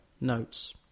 notes